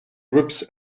groups